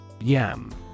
Yam